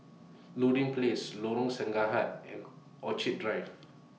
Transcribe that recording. Place Lorong and Orchid Drive